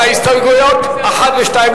משרד ההסברה והתפוצות,